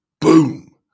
Boom